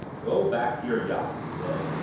go back to your yacht, he said.